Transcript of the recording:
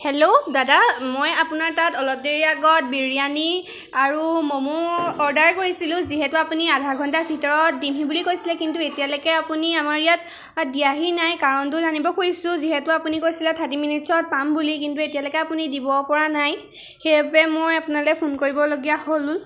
hello দাদা মই আপোনাৰ তাত অলপ দেৰিৰ আগত বিৰিয়ানী আৰু ম'ম' অৰ্ডাৰ কৰিছিলোঁ যিহেতু আপুনি আধা ঘণ্টাৰ ভিতৰত দিমহি বুলি কৈছিলে কিন্তু এতিয়ালৈকে আপুনি আমাৰ ইয়াত দিয়াহি নাই কাৰণটো জানিব খুজিছোঁ যিহেতু আপুনি কৈছিলে থাৰ্টি মিনিটচত পাম বুলি কিন্তু এতিয়ালৈকে আপুনি দিব পৰা নাই সেইবাবে মই আপোনালৈ ফোন কৰিবলগীয়া হ'ল